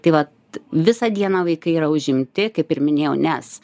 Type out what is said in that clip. tai vat visą dieną vaikai yra užimti kaip ir minėjau nes